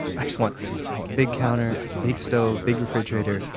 i just want a big counter, big stove, big refrigerator.